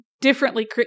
differently